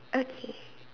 okay